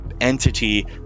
entity